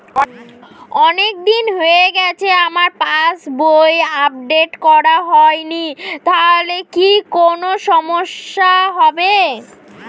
অনেকদিন হয়ে গেছে আমার পাস বই আপডেট করা হয়নি তাহলে কি কোন সমস্যা হবে?